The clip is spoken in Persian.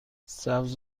سبز